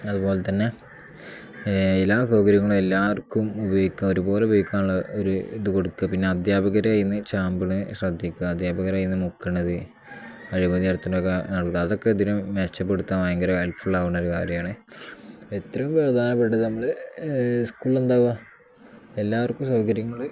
അതുപോലെ തന്നെ എല്ലാ സൗകര്യങ്ങളും എല്ലാവർക്കും ഉപയോഗിക്കുക ഒരുപോലെ ഉപയോഗിക്കാനുള്ള ഒരു ഇത് കൊടുക്കുക പിന്നെ അധ്യാപകർ അയിന്ന് ചാമ്പിണ് ശ്രദ്ധിക്കുക അധ്യാപകരുടെ കയ്യിൽ നിന്ന് മുക്കണത് അഴിമതി നടത്തനൊക്കെ നടക്കുക അതൊക്കെ ഇതിനും മെച്ചപ്പെടുത്താൻ ഭയങ്കര ഹെൽപ്പ് ഫുൾ ആകുന്നൊരു കാര്യമാണ് എത്രയും പ്രധാനപ്പെട്ടത് നമ്മൾ സ്കൂൾ എന്താവുക എല്ലാവർക്കും സൗകര്യങ്ങൾ